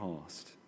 past